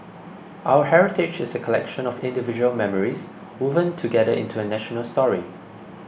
our heritage is a collection of individual memories woven together into a national story